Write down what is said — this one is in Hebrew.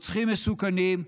רוצחים מסוכנים,